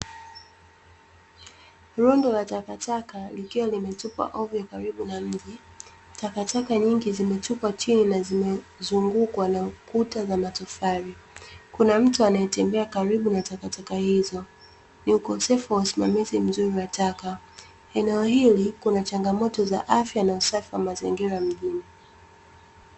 Rundo la takataka likiwa limetupwa hovyo karibu na mji. Takataka nyingi zimetupwa chini na zimezungukwa na kuta za matofali. Kuna mtu anayetembea karibu na takataka hizo. Ni ukosefu wa usimamizi mzuri wa taka. Eneo hili kuna changamoto za afya na usafi wa mazingira mjini.